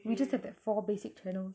we just have that four basic channels